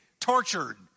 tortured